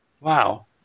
wow